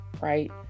right